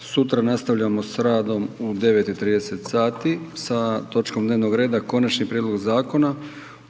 sutra nastavljamo s radom u 9 i 30 sati sa točkom dnevnom reda Konačni prijedlog Zakona